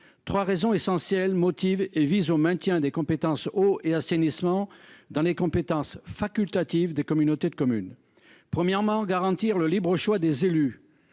Trois raisons essentielles motivent cette démarche, qui tend au maintien des compétences eau et assainissement dans les compétences facultatives des communautés de communes. Premièrement, il s'agit de garantir le libre choix des élus.